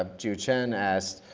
ah ju chin asks